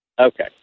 Okay